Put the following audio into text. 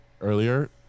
earlier